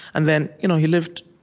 and then you know he lived